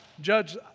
judge